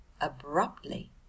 abruptly